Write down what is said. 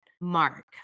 mark